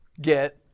get